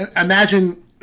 Imagine